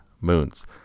moons